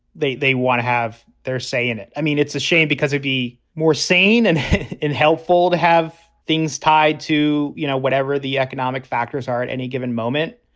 they they want to have their say in it. i mean, it's a shame because it be more sane and and helpful to have things tied to, you know, whatever the economic factors are at any given moment.